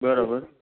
બરોબર